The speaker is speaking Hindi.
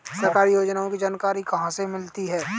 सरकारी योजनाओं की जानकारी कहाँ से मिलती है?